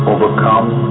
Overcome